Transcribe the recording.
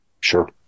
Sure